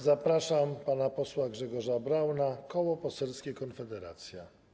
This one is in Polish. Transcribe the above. Zapraszam pana posła Grzegorza Brauna, Koło Poselskie Konfederacja.